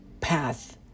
path